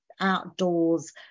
outdoors